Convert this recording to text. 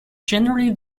generally